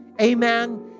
amen